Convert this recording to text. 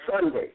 Sunday